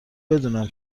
بدونم